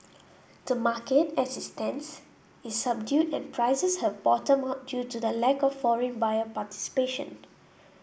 the market as it stands is subdued and prices have bottomed out due to the lack of foreign buyer participation